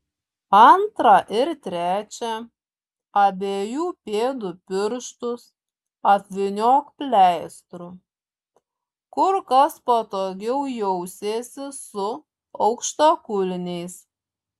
antrą ir trečią abiejų pėdų pirštus apvyniok pleistru kur kas patogiau jausiesi su aukštakulniais